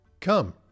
Come